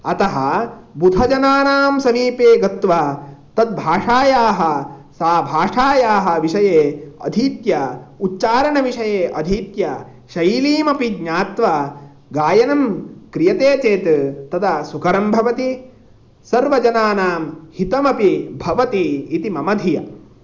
अतः बुधजनानां समीपे गत्वा तद्भाषायाः सा भाषायाः विषये अधीत्य उच्चारणविषये अधीत्य शैलीमपि ज्ञात्वा गायनं क्रियते चेत् तदा सुकरं भवति सर्वजनानां हितमपि भवति इति मम धिय